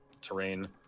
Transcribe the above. terrain